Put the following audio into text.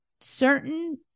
certain